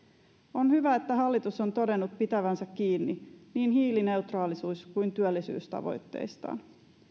on hyvä että hallitus on todennut pitävänsä kiinni niin hiilineutraalisuus kuin työllisyystavoitteistaan